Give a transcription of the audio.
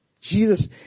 Jesus